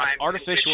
artificial